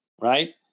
Right